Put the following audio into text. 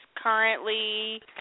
currently